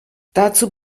dazu